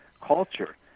culture